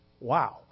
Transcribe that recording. Wow